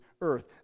earth